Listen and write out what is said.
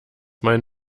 mein